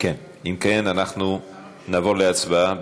אם כן, אנחנו נעבור להצבעה.